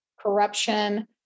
corruption